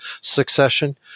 succession